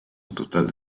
total